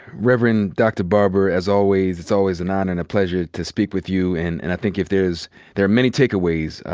reverend dr. barber, as always, it's always an honor and a pleasure to speak with you. and and i think if there's there are many takeaways,